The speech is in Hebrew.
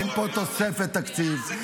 אין פה תוספת תקציב.